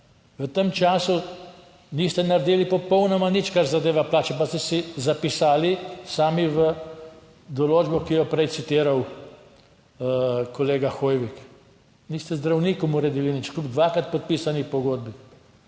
V tem času niste naredili popolnoma nič, kar zadeva plače, pa ste si zapisali sami v določbo, ki jo je prej citiral kolega Hoivik, niste z zdravnikom uredili nič, kljub dvakrat podpisani pogodbi.